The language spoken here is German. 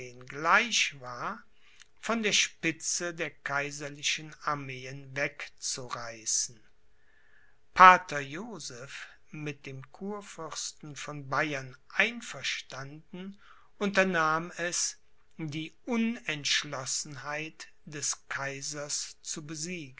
gleich war von der spitze der kaiserlichen armeen wegzureißen pater joseph mit dem kurfürsten von bayern einverstanden unternahm es die unentschlossenheit des kaisers zu besiegen